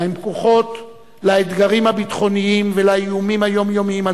לאתגרים הביטחוניים ולאיומים היומיומיים על